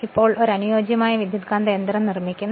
ഇപ്പോൾ ഞങ്ങൾ ഒരു അനുയോജ്യമായ ട്രാൻസ്ഫോർമർ നിർമ്മിക്കുന്നു